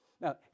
Now